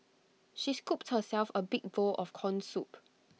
she scooped herself A big bowl of Corn Soup